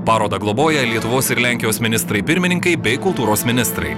parodą globoja lietuvos ir lenkijos ministrai pirmininkai bei kultūros ministrai